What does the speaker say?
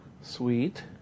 Sweet